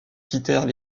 quittèrent